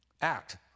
act